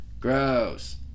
gross